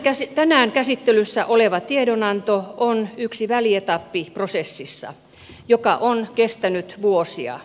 tänään käsittelyssä oleva tiedonanto on yksi välietappi prosessissa joka on kestänyt vuosia